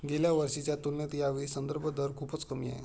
गेल्या वर्षीच्या तुलनेत यावेळी संदर्भ दर खूपच कमी आहे